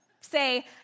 say